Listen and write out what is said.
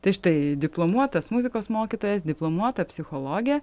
tai štai diplomuotas muzikos mokytojas diplomuota psichologė